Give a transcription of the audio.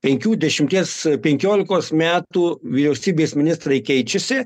penkių dešimties penkiolikos metų vyriausybės ministrai keičiasi